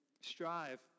strive